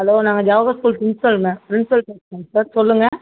hello நாங்கள் Jawahar school பிரின்ஸ்பால்ங்க principal பேசுகிறேங்க சார் சொல்லுங்கள்